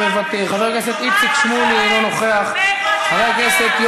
אולי ההדלפה היא לא ממערכת המשפט.